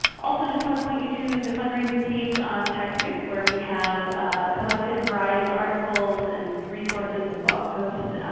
also just want to point you to the fundraising page on techsoup where we have collected a variety of articles and resources and blog posts,